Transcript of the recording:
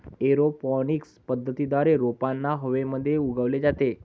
aeroponics पद्धतीद्वारे रोपांना हवेमध्ये उगवले जाते